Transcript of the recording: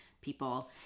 people